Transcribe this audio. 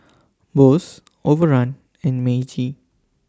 Bose Overrun and Meiji